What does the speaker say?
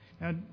Now